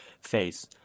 face